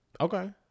Okay